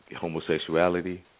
homosexuality